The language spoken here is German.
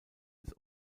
des